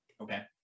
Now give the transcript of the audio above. Okay